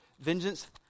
Vengeance